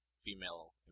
female